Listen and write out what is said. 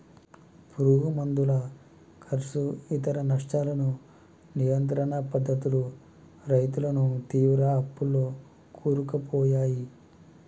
పురుగు మందుల కర్సు ఇతర నష్టాలను నియంత్రణ పద్ధతులు రైతులను తీవ్ర అప్పుల్లో కూరుకుపోయాయి